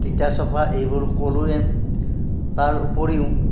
তিতাচপা এইবোৰ ক'লোয়ে তাৰ উপৰিও